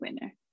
winner